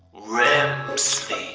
rem